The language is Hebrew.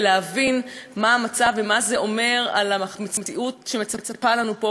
להבין מה המצב ומה זה אומר על המציאות שמצפה לנו פה,